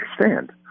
understand